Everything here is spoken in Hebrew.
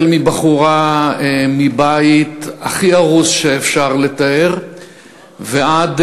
מבחורה מבית הכי הרוס שאפשר לתאר ועד